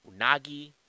Unagi